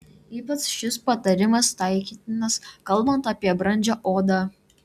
ypač šis patarimas taikytinas kalbant apie brandžią odą